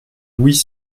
louis